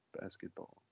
basketball